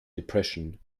depression